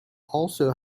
also